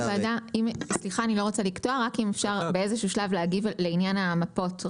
רק אם אפשר באיזשהו שלב להגיב לעניין המפות.